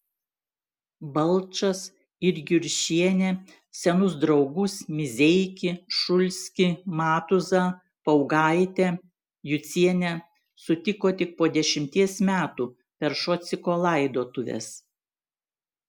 balčas ir juršienė senus draugus mizeikį šulskį matuzą paugaitę jucienę sutiko tik po dešimties metų per šociko laidotuves